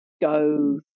go